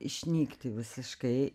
išnykti visiškai